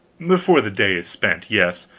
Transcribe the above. before the day is spent yes.